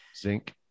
zinc